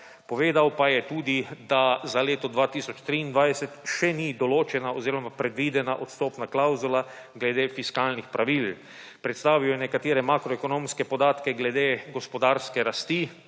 povedal pa je tudi, da za leto 2023 še ni določena oziroma predvidena odstopna klavzula glede fiskalnih pravil. Predstavil je nekatere makroekonomske podatke glede gospodarskih rasti,